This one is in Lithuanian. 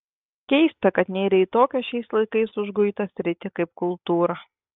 keista kad nėrei į tokią šiais laikais užguitą sritį kaip kultūra